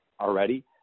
already